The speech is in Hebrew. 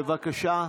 בבקשה.